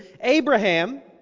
Abraham